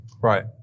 right